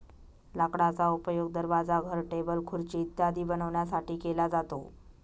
लाकडाचा उपयोग दरवाजा, घर, टेबल, खुर्ची इत्यादी बनवण्यासाठी केला जातो